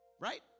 Right